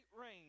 rain